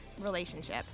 relationship